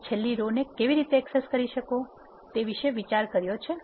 તમે છેલ્લી રો ને કેવી રીતે એક્સેસ કરી શકો છો તે વિશે વિચાર કર્યો છે